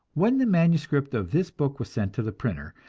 when the manuscript of this book was sent to the printer,